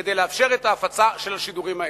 כדי לאפשר את ההפצה של השידורים האלה.